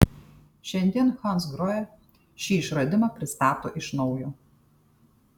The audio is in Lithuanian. šiandien hansgrohe šį išradimą pristato iš naujo